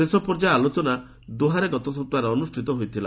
ଶେଷ ପର୍ଯ୍ୟାୟ ଆଲୋଚନା ଦୋହାରେ ଗତ ସପ୍ତାହରେ ଅନୁଷ୍ଠିତ ହୋଇଥିଲା